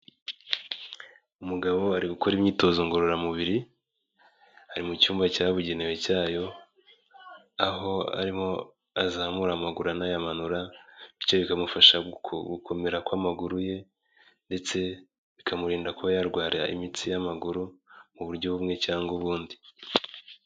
Umugabo ari gukora imyitozo ngororamubiri ari mu cyumba cyabugenewe cyayo, aho arimo azamura amaguru anayamanura, bityo bikamufasha gukomera kw'amaguru ye ndetse bikamurinda kuba yarwara imitsi y'amaguru mu buryo bumwe cyangwa ubundi.